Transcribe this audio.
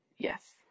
Yes